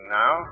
now